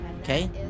Okay